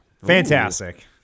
Fantastic